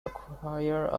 acquire